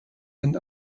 den